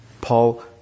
Paul